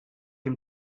him